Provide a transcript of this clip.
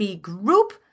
group